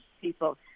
people